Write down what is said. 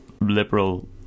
liberal